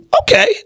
okay